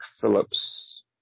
Phillips